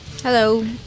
Hello